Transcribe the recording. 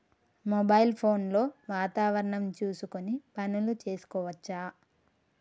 Mobile phone లో వాతావరణం చూసుకొని పనులు చేసుకోవచ్చా?